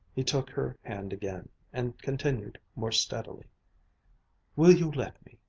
he took her hand again and continued more steadily will you let me,